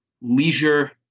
leisure